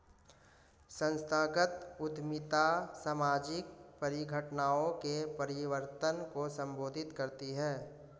संस्थागत उद्यमिता सामाजिक परिघटनाओं के परिवर्तन को संबोधित करती है